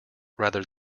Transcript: rather